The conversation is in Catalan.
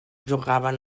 jugaven